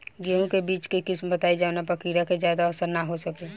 गेहूं के बीज के किस्म बताई जवना पर कीड़ा के ज्यादा असर न हो सके?